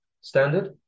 standard